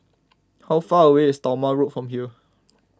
how far away is Talma Road from here